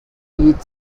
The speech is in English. each